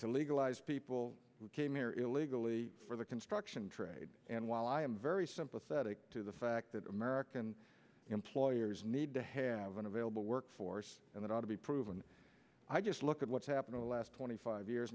to legalize people who came here illegally for the construction trades and while i am very sympathetic to the fact that american employers need to have an available workforce and it ought to be proven i just look at what's happened in the last twenty five years